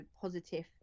positive